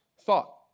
thought